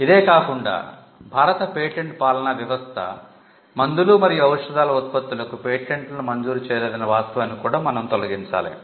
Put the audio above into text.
ఇదే కాకుండా భారత పేటెంట్ పాలనా వ్యవస్థ మందులు మరియు ఔషధాల ఉత్పత్తులకు పేటెంట్లను మంజూరు చేయలేదనే వాస్తవాన్ని కూడా మనం తొలగించాలి